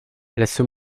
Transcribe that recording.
laisse